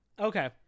Okay